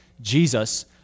Jesus